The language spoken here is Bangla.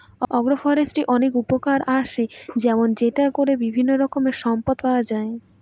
আগ্র ফরেষ্ট্রীর অনেক উপকার আসে যেমন সেটা করে বিভিন্ন রকমের সম্পদ পাওয়া যায়